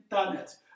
internet